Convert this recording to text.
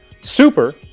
SUPER